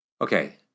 Okay